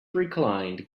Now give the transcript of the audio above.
reclined